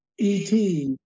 ET